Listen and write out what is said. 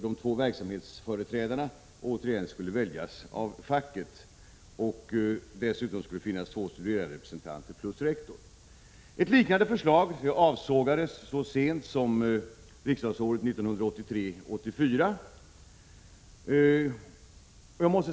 De två verksamhetsföreträdarna skulle väljas av facket. Dessutom skulle det finnas två studeranderepresentanter plus rektor. Ett liknande förslag avsågades så sent som riksdagsåret 1983/84.